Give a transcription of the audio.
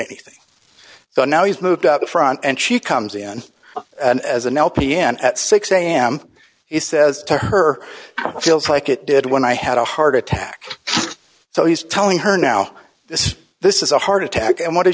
anything so now he's moved out the front and she comes in as an lpn at six am he says to her feels like it did when i had a heart attack so he's telling her now this this is a heart attack and what does